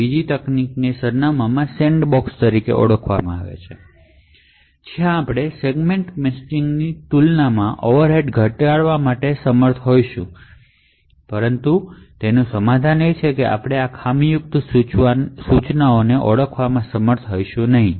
બીજી તકનીકને address sandboxing તરીકે ઓળખવામાં આવે છે જ્યાં આપણે સેગમેન્ટ મેચિંગની તુલનામાં ઓવરહેડ્સ ઘટાડવામાં સમર્થ હોઈશું પરંતુ સમાધાન એ છે કે આપણે ખામીયુક્ત ઇન્સટ્રકશનને ઓળખવામાં સમર્થ હોઈશું નહીં